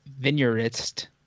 vineyardist